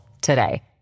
today